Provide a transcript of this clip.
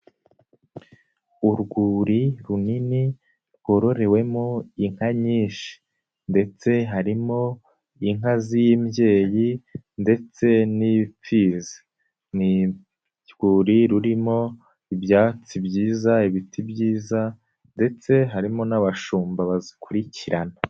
Urwuri runini rwororewemo inka nyinshi ndetse harimo inka z'imbyeyi ndetse n'imfizi, ni urwuri rurimo ibyatsi byiza, ibiti byiza ndetse harimo n'abashumba bazikurikirana.